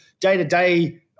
day-to-day